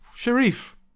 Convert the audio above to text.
Sharif